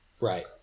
Right